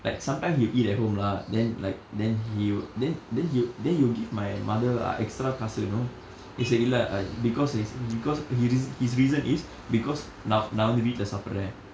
like sometimes he will eat at home lah then like then he will then then he will then he will give my mother ah extra காசு:kaasu you know he say இல்ல:illa I because he say because his r~ his reason is because நான் நான் வந்து வீட்டில சாப்பிடுறேன்:naan naan vandthu vittila saappiduraen